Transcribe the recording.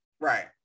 Right